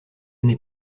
n’est